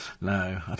No